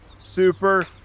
super